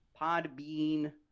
Podbean